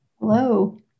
Hello